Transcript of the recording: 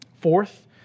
Fourth